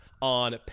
on